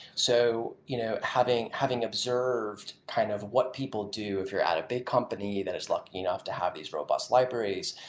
so you know having having observed kind of what people do if you're at a big company that is lucky enough to have these robust libraries,